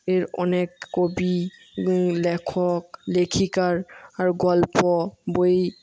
এর অনেক কবি লেখক লেখিকার আর গল্প বই